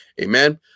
Amen